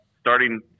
starting